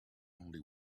only